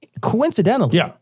coincidentally